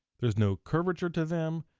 there's no curvature to them,